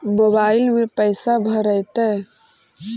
Mobile में पैसा भरैतैय?